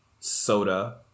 soda